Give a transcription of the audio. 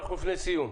אנחנו לפני סיום.